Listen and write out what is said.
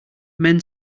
men